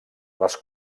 les